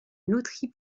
loterie